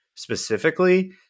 Specifically